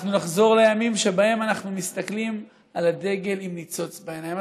אנחנו נחזור לימים שבהם אנחנו מסתכלים על הדגל עם ניצוץ בעיניים.